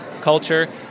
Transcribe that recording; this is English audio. culture